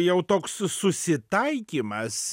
jau toks su susitaikymas